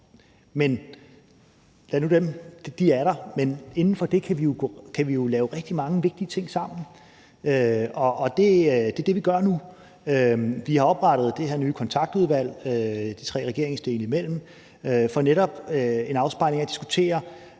men inden for dem kan vi jo lave rigtig mange vigtige ting sammen, og det er det, vi gør nu. Vi har oprettet det her nye kontaktudvalg de tre regeringsdele imellem for netop at lave en afspejling og diskutere,